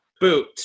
Boot